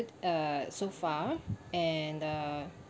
uh so far and uh